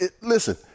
Listen